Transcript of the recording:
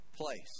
place